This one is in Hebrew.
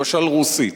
למשל רוסית.